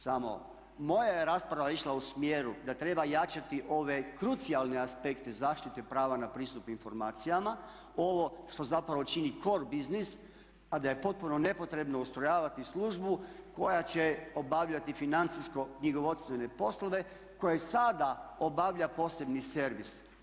Samo moja je rasprava išla u smjeru da treba jačati ove krucijalne aspekte zaštite prava na pristup informacijama, ovo što zapravo čini cor business, a da je potpuno nepotrebno ustrojavati službu koja će obavljati financijsko-knjigovodstvene poslove koje sada obavlja posebni servis.